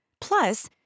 Plus